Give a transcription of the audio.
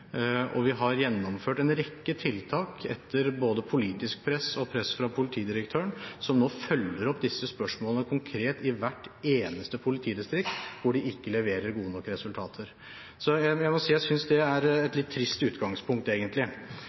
og vi har gjennomført en rekke tiltak etter både politisk press og press fra politidirektøren, som nå følger opp disse spørsmålene konkret i hvert eneste politidistrikt hvor det ikke leveres gode nok resultater. Så jeg må si jeg synes det er et trist utgangspunkt, egentlig,